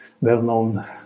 well-known